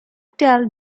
tell